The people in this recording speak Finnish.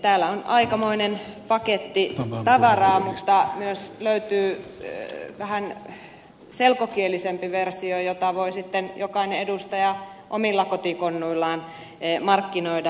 täällä on aikamoinen paketti tavaraa mutta myös löytyy vähän selkokielisempi versio jota voi sitten jokainen edustaja omilla kotikonnuillaan markkinoida